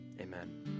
Amen